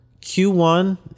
Q1